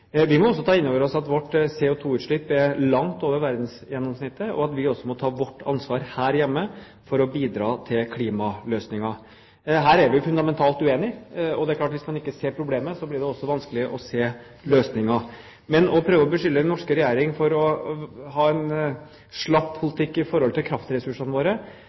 Vi må også ta inn over oss at vårt CO2-utslipp er langt over verdensgjennomsnittet, og at vi også må ta vårt ansvar her hjemme for å bidra til klimaløsninger. Her er vi fundamentalt uenige. Det er klart at hvis en ikke ser problemet, blir det også vanskelig å se løsninger. Men å prøve å beskylde den norske regjering for å ha en slapp politikk i forhold til kraftressursene våre